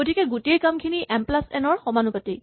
গতিকে গোটেই কামখিনি এম প্লাচ এন ৰ সমানুপাতিক